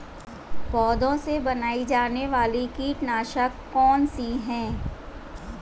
पौधों से बनाई जाने वाली कीटनाशक कौन सी है?